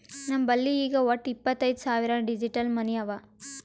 ನಮ್ ಬಲ್ಲಿ ಈಗ್ ವಟ್ಟ ಇಪ್ಪತೈದ್ ಸಾವಿರ್ ಡಿಜಿಟಲ್ ಮನಿ ಅವಾ